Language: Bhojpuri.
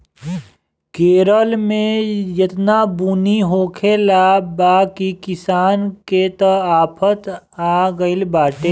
केरल में एतना बुनी होखले बा की किसान के त आफत आगइल बाटे